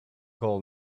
call